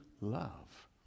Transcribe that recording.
love